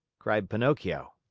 cried pinocchio.